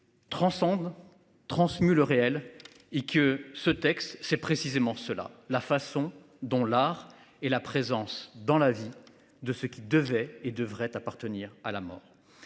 Transcende transmue le réel et que ce texte c'est précisément cela, la façon dont l'art et la présence dans la vie de ce qui devait, et devrait appartenir à la mort.